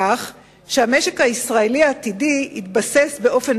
כך שהמשק הישראלי העתידי יתבסס באופן